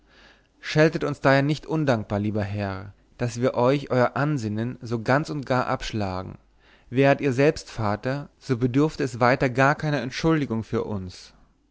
scheltet uns daher nicht undankbar lieber herr daß wir euch euer ansinnen so ganz und gar abschlagen wäret ihr selbst vater so bedürfte es weiter gar keiner entschuldigung für uns